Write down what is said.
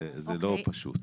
זה לא פשוט.